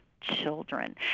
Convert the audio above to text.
children